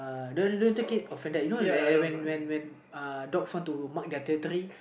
uh no no no don't take it offended you know when when when dogs want to mark their territory